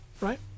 Right